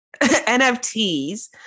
NFTs